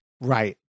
right